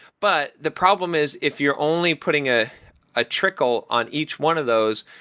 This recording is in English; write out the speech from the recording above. but the problem is if you're only putting a ah trickle on each one of those,